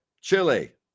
Chile